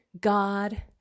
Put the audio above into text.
God